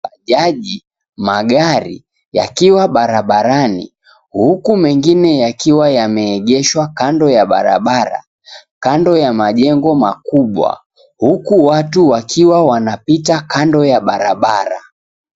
Bajaji, magari yakiwa barabarani huku mengine yakiwa yameegeshwa kando ya barabara, kando ya majengo makubwa huku watu wakiwa wanapita kando ya barabara.